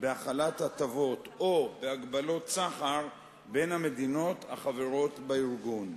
בהחלת הטבות או בהגבלות סחר בין המדינות החברות בארגון.